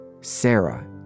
Sarah